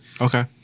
Okay